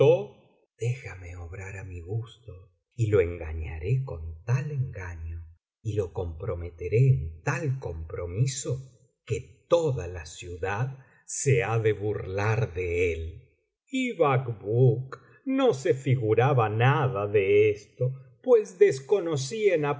déjame obrar á mi gusto y lo engañaré con tal engaño y lo comprometeré en tal compromiso que toda la ciudad se ha de burlar de él y bacbuk no se figuraba nada de esto pues desconocía en